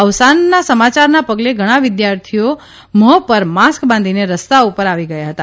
અવસાનના સમાચારના પગલે ઘણા વિદ્યાર્થીઓ મ્ફો પર માસ્ક બાંધીને રસ્તાઓ પર આવી ગયા હતા